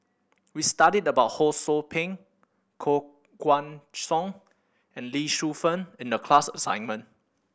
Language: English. we studied about Ho Sou Ping Koh Guan Song and Lee Shu Fen in the class assignment